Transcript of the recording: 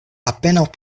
apenaŭ